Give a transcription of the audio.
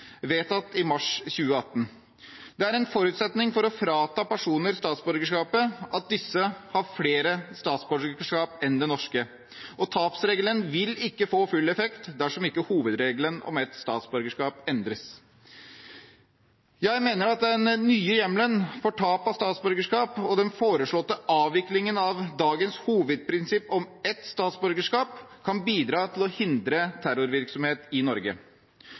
vedtatt i mars 2018. Det er en forutsetning for å frata personer statsborgerskapet at disse har flere statsborgerskap enn det norske, og tapsregelen vil ikke få full effekt dersom ikke hovedregelen om ett statsborgerskap endres. Jeg mener at den nye hjemmelen for tap av statsborgerskap og den foreslåtte avviklingen av dagens hovedprinsipp om ett statsborgerskap kan bidra til å hindre terrorvirksomhet i Norge.